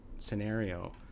Scenario